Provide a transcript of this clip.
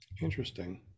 Interesting